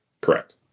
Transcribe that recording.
Correct